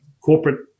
corporate